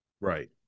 Right